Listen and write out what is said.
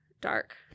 dark